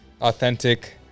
authentic